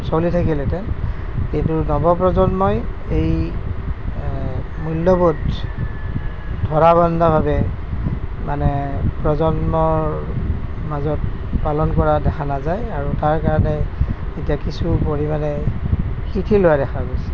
চলি থাকিলহেঁতেন সেইটো নৱপ্ৰজন্মই এই মূল্য়বোধ ধৰা বন্ধাভাৱে মানে প্ৰজন্মৰ মাজত পালন কৰা দেখা নাযায় আৰু তাৰ কাৰণে এতিয়া কিছু পৰিমাণে শিথিল হোৱা দেখা গৈছে